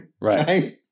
Right